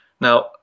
now